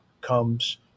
comes